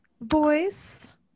voice